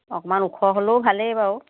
অকণমান ওখ হ'লেও ভালেই বাৰু